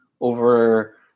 over